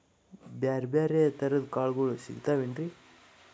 ಬ್ಯಾರೆ ಬ್ಯಾರೆ ತರದ್ ಕಾಳಗೊಳು ಸಿಗತಾವೇನ್ರಿ?